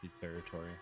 territory